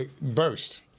burst